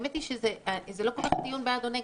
האמת היא שזה לא טיעון בעד או ניגוד.